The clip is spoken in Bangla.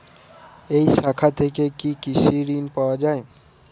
এই শাখা থেকে কি কৃষি ঋণ পাওয়া যায়?